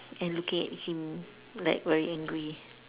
and looking at him like wearing grey